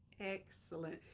excellent.